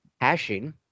hashing